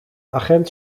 agent